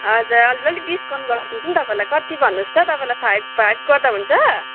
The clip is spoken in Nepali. हजुर हजुर अलिक डिस्काउन्ट गरिदिन्छु नि तपाईँलाई कति भन्नुहोस् त तपाईँलाई फाइभ फाइभ गर्दा हुन्छ